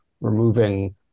removing